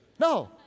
No